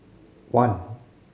one